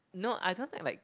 no I don't like like